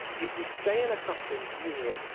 if we stay in a customs union,